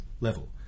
level